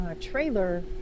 trailer